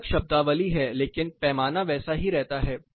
एक अलग शब्दावली है लेकिन पैमाना वैसा ही रहता है